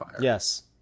Yes